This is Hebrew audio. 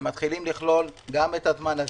הם מתחילים לכלול גם את הזמן הזה,